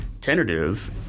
tentative